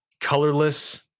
colorless